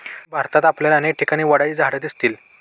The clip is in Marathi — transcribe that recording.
भारतात आपल्याला अनेक ठिकाणी वडाची झाडं दिसतील